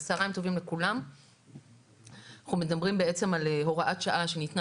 אנחנו מדברים בעצם על הוראת שעה שניתנה